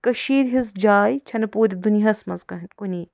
کشیٖرِ ہنٛز جاے چھنہٕ پوٗرٕ دُنیہس منٛز کہیٖنۍ کُنی